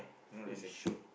who is shiok